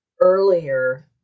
earlier